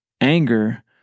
anger